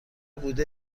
بوده